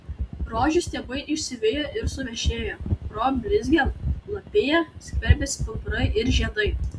rožių stiebai išsivijo ir suvešėjo pro blizgią lapiją skverbėsi pumpurai ir žiedai